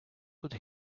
could